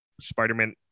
Spider-Man